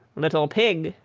little pig,